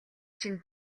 чинь